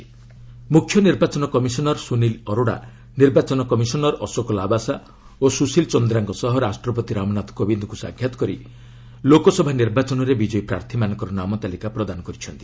CEC president ମୁଖ୍ୟ ନିର୍ବାଚନ commissioner Sunil Arora ନିର୍ବାଚନ କମିଶନର ଅଶୋକ ଲାବାସା ଓ ସୁଶୀଲ ଚନ୍ଦ୍ରାଙ୍କ ସହ ରାଷ୍ଟ୍ରପତି ରାମନାଥ କୋବିନ୍ଦଙ୍କୁ ସାକ୍ଷାତ କରି ଲୋକସଭା ନିର୍ବାଚନରେ ବିକୟୀ ପ୍ରାର୍ଥୀମାନଙ୍କର ନାମ ତାଲିକା ପ୍ରଦାନ କରିଛନ୍ତି